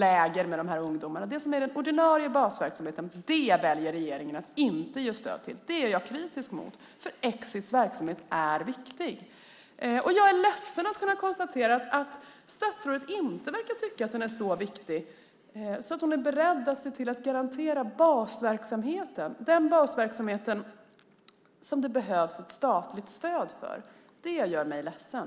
Det handlar om basverksamheten - inte om sådant som gäller utveckling, roliga projekt eller om att åka på läger med ungdomarna. Exits basverksamhet är viktig. Jag är ledsen att kunna konstatera att statsrådet inte verkar tycka att den är så viktig att hon är beredd att garantera den basverksamhet som det behövs statligt stöd till. Det gör mig ledsen.